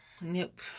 nope